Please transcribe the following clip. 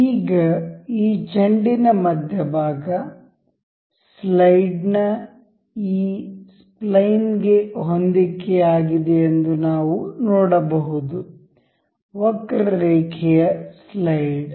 ಈಗ ಈ ಚೆಂಡಿನ ಮಧ್ಯಭಾಗ ಸ್ಲೈಡ್ನ ಈ ಸ್ಪ್ಲೈನ್ ಗೆ ಹೊಂದಿಕೆಯಾಗಿದೆ ಎಂದು ನಾವು ನೋಡಬಹುದು ವಕ್ರರೇಖೆಯ ಸ್ಲೈಡ್